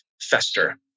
fester